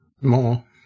more